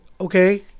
okay